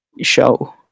show